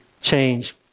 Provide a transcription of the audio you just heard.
change